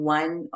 one